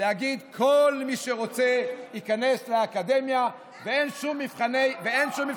להגיד: כל מי שרוצה ייכנס לאקדמיה ואין שום מבחני סף.